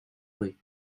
vraie